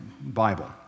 Bible